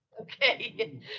Okay